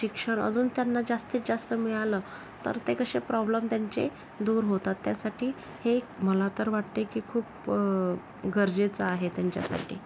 शिक्षण अजून त्यांना जास्तीत जास्त मिळालं तर ते कसे प्रॉब्लम त्यांचे दूर होतात त्यासाठी हे मला तर वाटते की खूप गरजेचं आहे त्यांच्यासाठी